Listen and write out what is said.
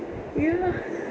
ya